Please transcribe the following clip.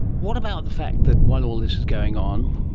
what about the fact that while all this is going on,